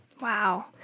wow